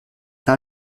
pas